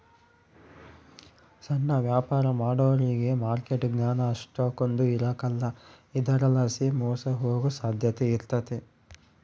ಸಣ್ಣ ವ್ಯಾಪಾರ ಮಾಡೋರಿಗೆ ಮಾರ್ಕೆಟ್ ಜ್ಞಾನ ಅಷ್ಟಕೊಂದ್ ಇರಕಲ್ಲ ಇದರಲಾಸಿ ಮೋಸ ಹೋಗೋ ಸಾಧ್ಯತೆ ಇರ್ತತೆ